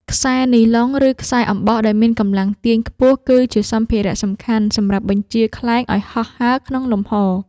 ខ្សែនីឡុង ឬខ្សែអំបោះដែលមានកម្លាំងទាញខ្ពស់ គឺជាសម្ភារៈសំខាន់សម្រាប់បញ្ជាខ្លែងឱ្យហោះហើរក្នុងលំហ។